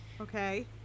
Okay